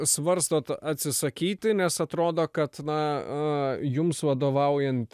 svarstot atsisakyti nes atrodo kad na jums vadovaujant